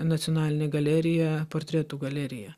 nacionalinė galerija portretų galerija